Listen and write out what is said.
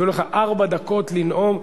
יהיו לך ארבע דקות לנאום,